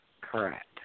Correct